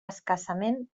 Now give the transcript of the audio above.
escassament